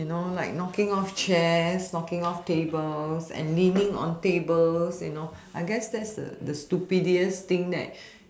you know like knocking off chair knocking off tables and leaning on tables you know I guess that's the the stupidest thing that